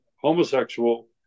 homosexual